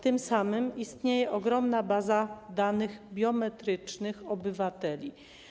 Tym samym istnieje ogromna baza danych biometrycznych obywateli.